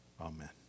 Amen